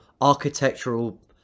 architectural